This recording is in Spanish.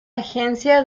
agencia